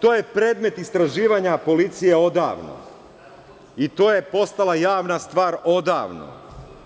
To je predmet istraživanja policija odavno i to je postala javna stvar odavno,